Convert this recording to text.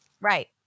Right